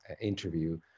interview